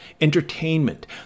entertainment